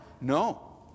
No